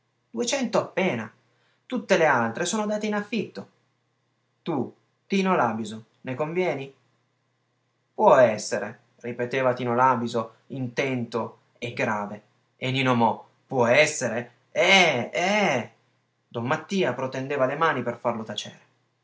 duecento appena tutte le altre sono date in affitto tu tino làbiso ne convieni può essere ripeteva tino làbiso intento e grave e nino mo può essere è è è don mattia protendeva le mani per farlo tacere